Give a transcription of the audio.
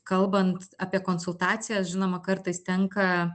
kalbant apie konsultacijas žinoma kartais tenka